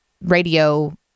radio